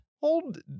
hold